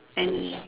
and